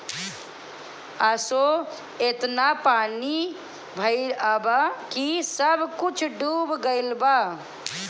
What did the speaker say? असो एतना पानी भइल हअ की सब कुछ डूब गईल बा